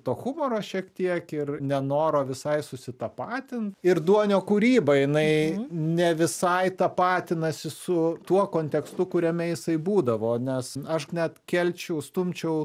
to humoro šiek tiek ir nenoro visai susitapatint ir duonio kūryba jinai ne visai tapatinasi su tuo kontekstu kuriame jisai būdavo nes aš net kelčiau stumčiau